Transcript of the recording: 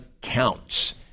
counts